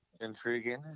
Intriguing